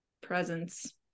presence